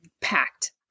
packed